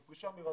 זו פרישה מרצון,